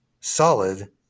solid